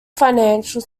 financial